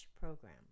program